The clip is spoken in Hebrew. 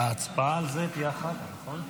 ההצבעה על זה תהיה אחר כך, נכון?